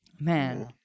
Man